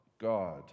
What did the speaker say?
God